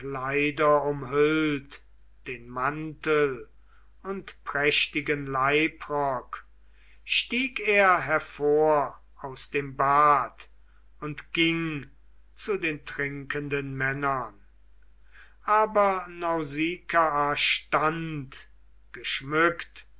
umhüllt den mantel und prächtigen leibrock stieg er hervor aus dem bad und ging zu den trinkenden männern aber nausikaa stand geschmückt